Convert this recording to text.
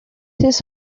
his